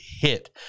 hit